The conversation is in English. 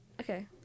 Okay